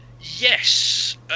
yes